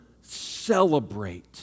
Celebrate